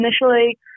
initially